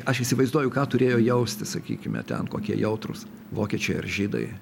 aš įsivaizduoju ką turėjo jausti sakykime ten kokie jautrūs vokiečiai ar žydai